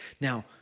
Now